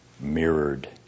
mirrored